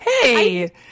Hey